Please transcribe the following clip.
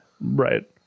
Right